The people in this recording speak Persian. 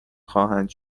خواهند